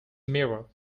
mirror